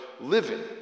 living